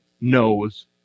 knows